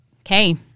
Okay